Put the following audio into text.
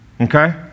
okay